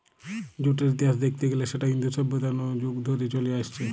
জুটের ইতিহাস দেখতে গিলে সেটা ইন্দু সভ্যতা নু যুগ যুগ ধরে চলে আসছে